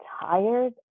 tired